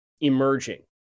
emerging